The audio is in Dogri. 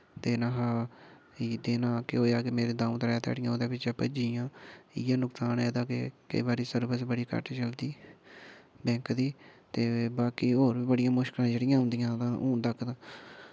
देना हा इक दिन केह् होआ मेरे दाऊं त्रै ध्याड़ियां ओह्दे बिच्च गै भज्जी गेईयां इयैं नुकसान ऐ एह्दा केई बारी सर्विस बड़ी घट्ट चलदी में इक ते बाकी ओर बी बड़ी मुश्कलां जेह्ड़ियां औंदियां तां हून तक